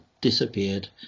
disappeared